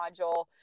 module